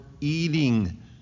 eating